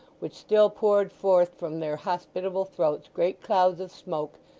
which still poured forth from their hospitable throats, great clouds of smoke,